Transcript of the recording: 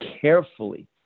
carefully